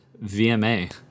VMA